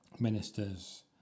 ministers